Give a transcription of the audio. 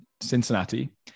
Cincinnati